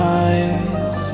eyes